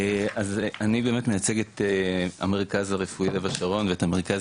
אז אני באמת מייצג את המרכז הרפואי לב השרון ואת המרכז